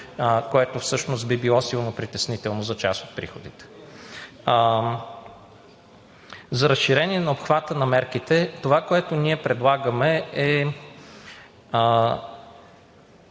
което всъщност би било силно притеснително за част от приходите. За разширение на обхвата на мерките, това, което ние предлагаме, е